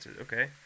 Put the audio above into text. okay